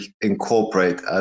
incorporate